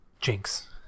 Jinx